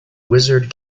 wizard